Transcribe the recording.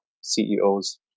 CEOs